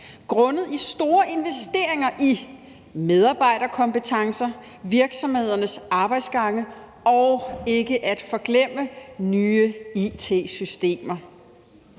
grundet i store investeringer i medarbejderkompetencer, virksomhedernes arbejdsgange og, ikke at forglemme, nye it-systemer.